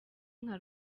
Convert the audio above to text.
nka